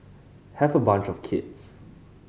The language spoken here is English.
have a bunch of kids